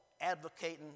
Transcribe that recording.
advocating